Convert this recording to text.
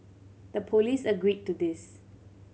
the police agreed to this